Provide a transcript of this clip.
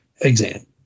exam